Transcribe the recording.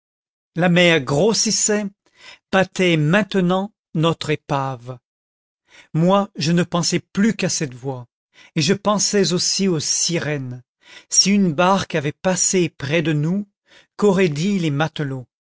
la mer grossissait battait maintenant notre épave moi je ne pensais plus qu'à cette voix et je pensais aussi aux sirènes si une barque avait passé près de nous qu'auraient dit les matelots